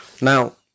Now